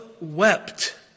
wept